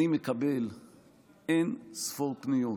אני מקבל אין-ספור פניות